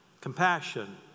Compassion